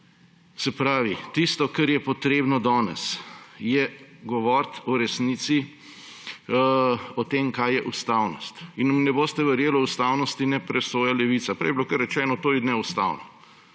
Se pravi, tisto, kar je potrebno danes, je govoriti o resnici, o tem, kaj je ustavnost. In ne boste verjeli, o ustavnosti ne presoja Levica. Prej je bilo kar rečeno, to je neustavno.